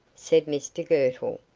said mr girtle,